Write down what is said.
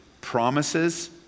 promises